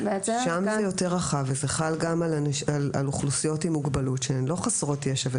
שם זה יותר רחב וזה חל גם על אוכלוסיות עם מוגבלות שהן לא חסרות ישע.